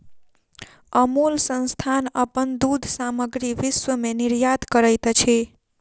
अमूल संस्थान अपन दूध सामग्री विश्व में निर्यात करैत अछि